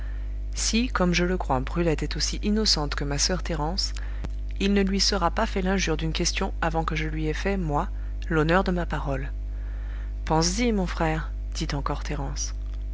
si comme je le crois brulette est aussi innocente que ma soeur thérence il ne lui sera pas fait l'injure d'une question avant que je lui aie fait moi l'honneur de ma parole penses-y mon frère dit encore thérence